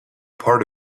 part